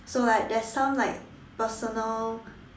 so like there's some like personal